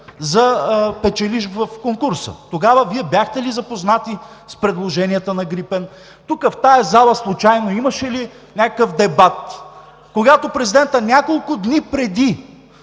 за печеливш в конкурса? Тогава Вие бяхте ли запознати с предложенията на „Грипен“? Тук, в тази зала, случайно имаше ли някакъв дебат, когато президентът, няколко дни преди